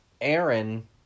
Aaron